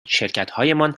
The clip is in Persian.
شرکتهایمان